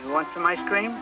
you want some ice cream